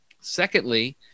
secondly